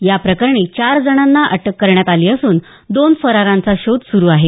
या प्रकरणी चार जणांना अटक करण्यात आली असून दोन फरारांचा शोध सुरू आहे